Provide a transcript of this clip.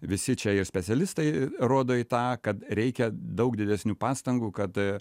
visi čia ir specialistai rodo į tą kad reikia daug didesnių pastangų kad